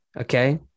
okay